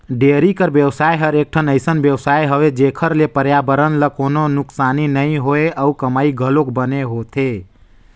dairy कर बेवसाय हर एकठन अइसन बेवसाय हवे जेखर ले परयाबरन ल कोनों नुकसानी नइ होय अउ कमई घलोक बने होथे